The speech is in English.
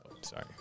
sorry